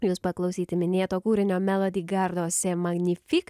jus paklausyti minėto kūrinio meladi gardose magnifik